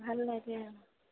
ভাল লাগে